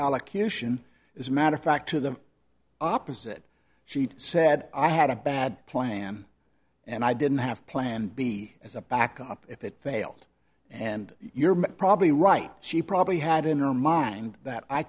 allocution as a matter of fact to the opposite she said i had a bad plan and i didn't have plan b as a backup if it failed and you're probably right she probably had in her mind that i